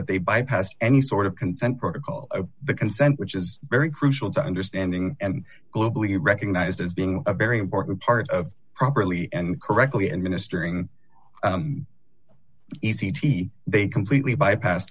that they bypassed any sort of consent protocol the consent which is very crucial to understanding and globally recognized as being a very important part of properly and correctly and ministering they completely bypass